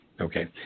Okay